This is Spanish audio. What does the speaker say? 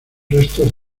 restos